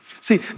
See